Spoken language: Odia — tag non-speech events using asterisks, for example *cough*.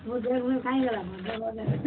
*unintelligible*